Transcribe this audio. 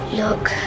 look